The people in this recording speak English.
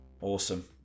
Awesome